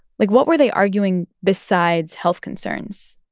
like, what were they arguing besides health concerns?